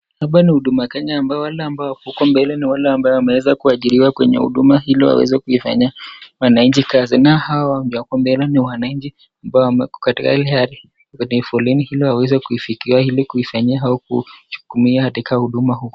Hapa ni huduma Kenya ambao wale ambao wako pale mbele ni wale ambao wameweza kuajiriwa kwenye huduma ili waweze kufanyia wanachi kazi, nao hawa wenye wako mbele ni wananchi amabao wamewekwa katika ile hali kwenye kivulini iliwaweze kuifikia ilikuifanyia au kujukumia katika huduma huku.